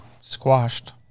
squashed